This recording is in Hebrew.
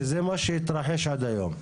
שזה מה שהתרחש עד היום.